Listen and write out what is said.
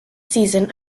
season